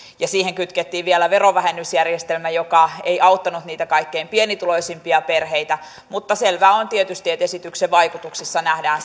ja siihen kytkettiin vielä verovähennysjärjestelmä joka ei auttanut niitä kaikkein pienituloisimpia perheitä mutta selvää on tietysti että esityksen vaikutuksissa nähdään